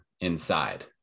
inside